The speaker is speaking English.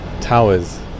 towers